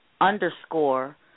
underscore